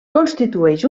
constitueix